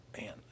man